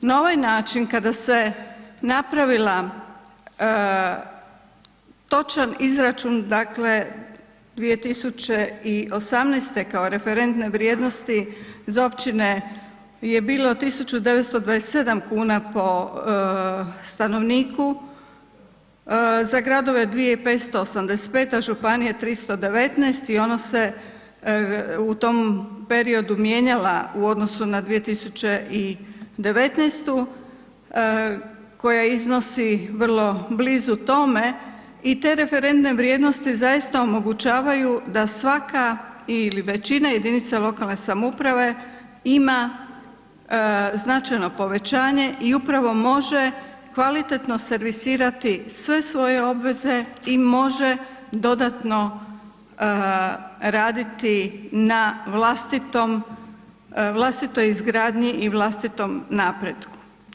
Na ovaj način kada se napravila točan izračun, dakle, 2018. kao referentne vrijednosti, iz općine je bilo 1.927,00 kn po stanovniku, za gradove 2.585,00, a županije 319 i ono se u tom periodu mijenjala u odnosu na 2019. koja iznosi vrlo blizu tome i te referentne vrijednosti zaista omogućavaju da svaka ili većina jedinica lokalne samouprave ima značajno povećanje i upravo može kvalitetno servisirati sve svoje obveze i može dodatno raditi na vlastitoj izgradnji i vlastitom napretku.